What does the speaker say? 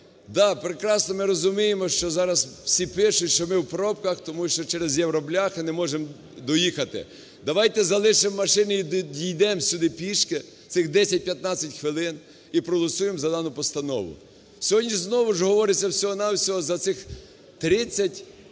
Да, прекрасно ми розуміємо, що зараз всі пишуть, що ми в пробках, тому що через "євробляхи" не можемо доїхати. Давайте залишимо машини і дійдемо сюди пішки цих 10-15 хвилин і проголосуємо за дану постанову. Сьогодні ж знову говориться всього-на-всього за цих 30 молодих